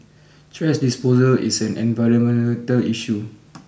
trash disposal is an environmental issue